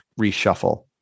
reshuffle